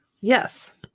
yes